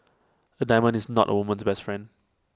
A diamond is not A woman's best friend